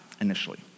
initially